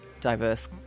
diverse